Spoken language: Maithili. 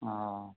हॅं